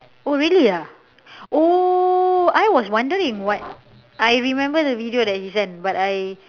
oh really ah oh I was wondering what I remember the video that he sent but I